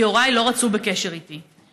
כי הוריי לא רצו בקשר איתי.